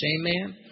Amen